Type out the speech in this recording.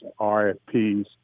RFPs